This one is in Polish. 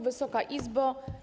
Wysoka Izbo!